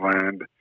land